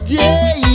day